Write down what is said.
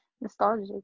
nostalgic